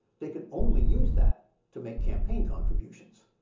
they can only use that to make campaign contributions.